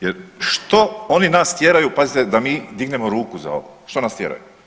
Jer što oni nas tjeraju pazite da mi dignemo ruku za ovo, što nas tjeraju?